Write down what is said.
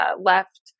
left